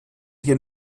hier